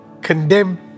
condemn